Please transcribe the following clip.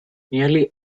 nearly